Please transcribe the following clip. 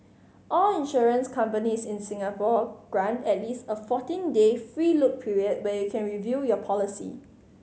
all insurance companies in Singapore grant at least a fourteen day free look period where you can review your policy